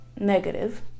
negative